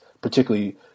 particularly